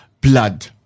blood